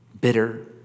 bitter